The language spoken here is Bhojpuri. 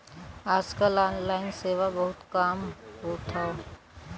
आज कल ऑनलाइन सेवा से बहुत काम होत हौ